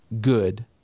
good